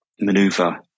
maneuver –